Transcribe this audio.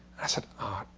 i said, ah,